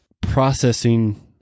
processing